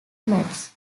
matches